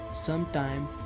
sometime